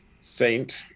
Saint